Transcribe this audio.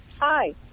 Hi